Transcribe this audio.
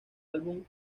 álbum